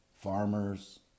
farmers